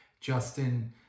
Justin